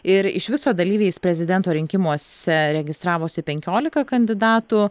ir iš viso dalyviais prezidento rinkimuose registravosi penkiolika kandidatų